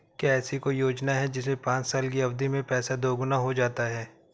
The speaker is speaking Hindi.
क्या ऐसी कोई योजना है जिसमें पाँच साल की अवधि में पैसा दोगुना हो जाता है?